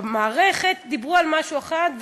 ב"המערכת" דיברו על משהו אחד,